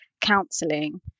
counselling